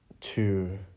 two